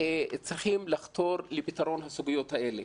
צריכים לחתור לפתרון הסוגיות האלה.